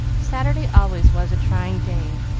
saturday always was a trying day,